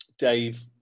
Dave